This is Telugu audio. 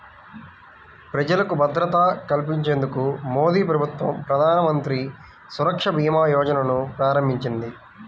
ప్రజలకు భద్రత కల్పించేందుకు మోదీప్రభుత్వం ప్రధానమంత్రి సురక్ష భీమా యోజనను ప్రారంభించింది